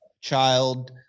child